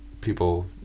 people